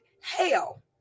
hell